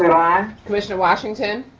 aye. commissioner washington.